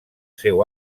seu